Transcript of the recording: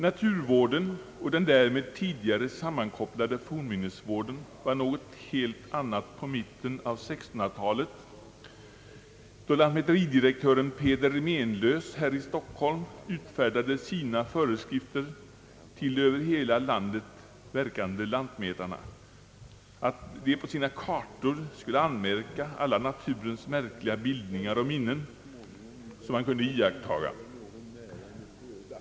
Naturvården och den därmed tidigare sammankopplade fornminnesvården var i mitten av 1600-talet någonting helt annat, då lantmäteridirektören Peder Menlös här i Stockholm utfärdade sina föreskrifter till de över hela landet verkande lantmätarna, att dessa på sina kartor skulle notera alla naturens märkliga bildningar och minnen som man kunde iakttaga.